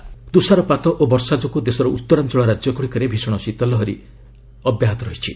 cold wave ତୁଷାରପାତ ଓ ବର୍ଷା ଯୋଗୁଁ ଦେଶର ଉତ୍ତରାଞ୍ଚଳ ରାଜ୍ୟଗୁଡ଼ିକରେ ଭୀଷଣ ଶୀତଲହରୀ ଅବ୍ୟାହତ ରହିଛି